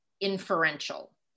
inferential